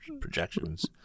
projections